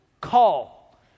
call